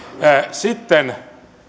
sitten